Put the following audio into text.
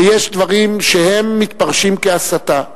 ויש דברים שמתפרשים כהסתה.